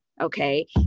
Okay